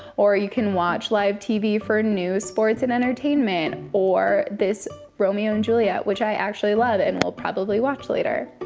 or you can watch live tv for news, sports, and entertainment, or this romeo and juliet, which i actually love, and will probably watch later.